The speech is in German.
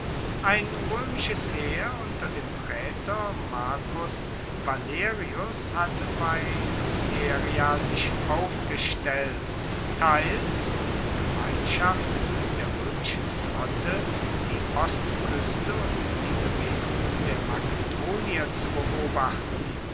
ein roemisches heer unter dem praetor marcus valerius hatte bei luceria sich aufgestellt teils um in gemeinschaft mit der roemischen flotte die ostkueste und die bewegungen der makedonier zu beobachten